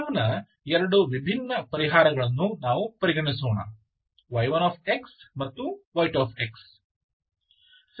ಸಿಸ್ಟಮ್ನ ಎರಡು ವಿಭಿನ್ನ ಪರಿಹಾರಗಳನ್ನು ನಾವು ಪರಿಗಣಿಸೋಣ y1x ಮತ್ತು y2